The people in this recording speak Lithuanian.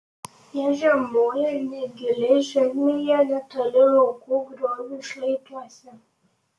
jie žiemoja negiliai žemėje netoli laukų griovių šlaituose